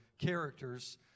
characters